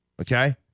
Okay